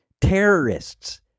terrorists